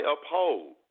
uphold